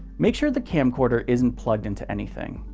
make sure the camcorder isn't plugged into anything.